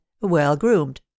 well-groomed